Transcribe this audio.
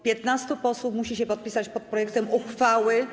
15 posłów musi się podpisać pod projektem uchwały.